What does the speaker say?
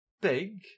big